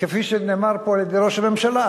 וכפי שנאמר פה על-ידי ראש הממשלה,